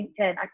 linkedin